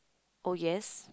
oh yes